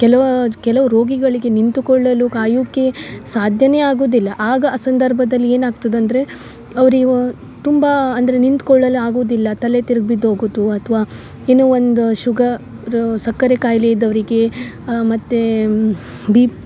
ಕೆಲ್ವಾ ಕೆಲವು ರೋಗಿಗಳಿಗೆ ನಿಂತುಕೊಳ್ಳಲು ಕಾಯುಕೆ ಸಾಧ್ಯನೇ ಆಗುದಿಲ್ಲ ಆಗ ಆ ಸಂದರ್ಭದಲ್ಲಿ ಏನಾಗ್ತದಂದರೆ ಅವ್ರೀವ ತುಂಬ ಅಂದರೆ ನಿಂತ್ಕೊಳ್ಳಲು ಆಗುವುದಿಲ್ಲ ತಲೆ ತಿರ್ಗ್ಬಿದ್ದು ಹೋಗೋದು ಅಥ್ವ ಏನೋ ಒಂದು ಶುಗರು ಸಕ್ಕರೆ ಕಾಯಿಲೆ ಇದ್ದವರಿಗೆ ಮತ್ತು ಬೀಪ್